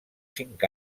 cinc